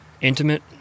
intimate